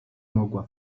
mogła